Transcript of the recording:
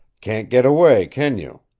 can't get away, can you?